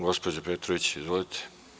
Gospođo Petrović, izvolite.